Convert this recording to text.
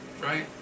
Right